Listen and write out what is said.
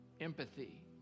empathy